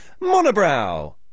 Monobrow